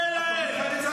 אני לא דומה להם.